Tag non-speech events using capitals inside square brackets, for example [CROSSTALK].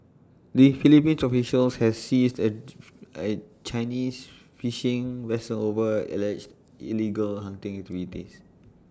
the Philippines officials had seized A [NOISE] I Chinese fishing vessel over alleged illegal hunting activities